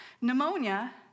Pneumonia